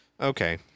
Okay